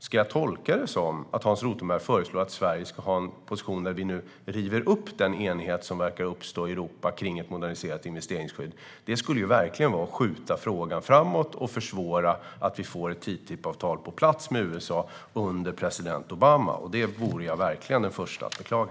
Ska jag tolka det som att Hans Rothenberg föreslår att Sverige ska ha en position där vi river upp den enighet som verkar uppstå i Europa kring ett moderniserat investeringsskydd? Det skulle verkligen vara att skjuta frågan framåt och försvåra för att få ett TTIP-avtal med USA på plats under president Obama. Det vore jag verkligen den första att beklaga.